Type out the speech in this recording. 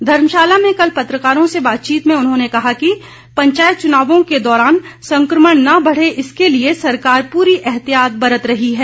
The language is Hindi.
धर्मशाला में कल पत्रकारों से बातचीत में उन्होंने कहा कि पंचायत चुनावों के दौरान संक्रमण न बढ़े इसके लिए सरकार पूरी एहतियात बरत रही है